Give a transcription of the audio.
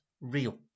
real